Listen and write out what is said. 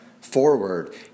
forward